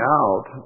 out